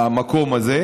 למקום הזה,